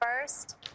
first